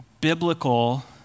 biblical